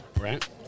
Right